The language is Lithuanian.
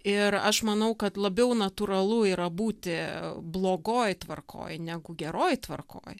ir aš manau kad labiau natūralu yra būti blogoj tvarkoj negu geroj tvarkoj